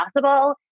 possible